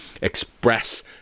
express